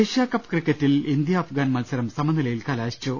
Asia Cup ക്രിക്കറ്റിൽ India Afghan മത്സരം സമനിലയിൽ കലാശിച്ചു